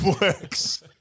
works